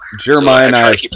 Jeremiah